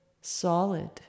solid